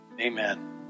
Amen